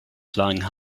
flying